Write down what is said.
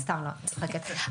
אני מאוד אשמח לארח אתכם.